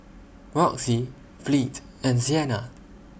Roxie Fleet and Siena